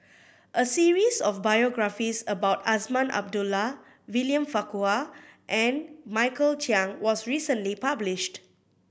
a series of biographies about Azman Abdullah William Farquhar and Michael Chiang was recently published